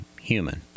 human